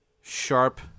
sharp